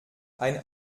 ein